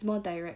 more direct